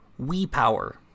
WePower